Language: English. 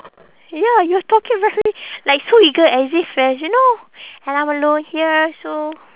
ya you are talking very like so eager as if as you know and I'm alone here so